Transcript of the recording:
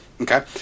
Okay